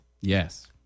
Yes